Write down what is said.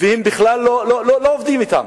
ובכלל לא עובדים אתן,